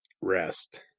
rest